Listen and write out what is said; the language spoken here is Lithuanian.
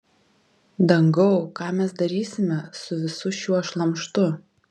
dangau ką mes darysime su visu šiuo šlamštu